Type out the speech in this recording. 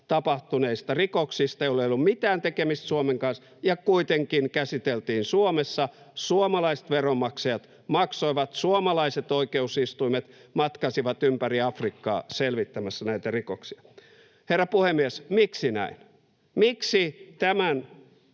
tapahtuneista rikoksista, joilla ei ollut mitään tekemistä Suomen kanssa, ja kuitenkin käsiteltiin Suomessa. Suomalaiset veronmaksajat maksoivat, ja suomalaiset oikeusistuimet matkasivat ympäri Afrikkaa selvittämässä näitä rikoksia. Herra puhemies! Miksi näin? Miksi tämän